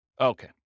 Okay